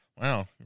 Wow